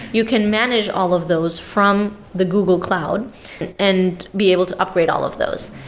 you can manage all of those from the google cloud and be able to upgrade all of those.